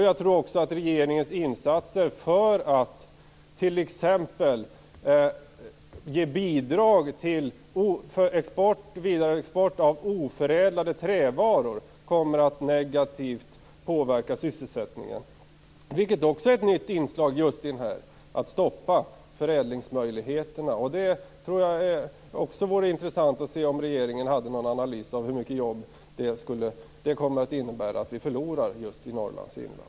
Jag tror också att regeringens insatser för att t.ex. ge bidrag för vidareexport av oförädlade trävaror kommer att negativt påverka sysselsättningen, vilket också är ett nytt inslag. Det gäller att stoppa förädlingsmöjligheterna. Det vore också intressant att se om regeringen har någon analys av hur många jobb det kommer att innebära att vi förlorar just i Norrlands inland.